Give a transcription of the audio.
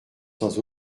sans